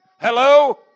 Hello